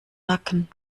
nacken